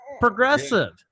Progressive